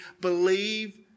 believe